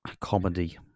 comedy